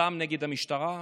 זעם נגד המשטרה,